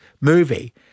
movie